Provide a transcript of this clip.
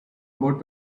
about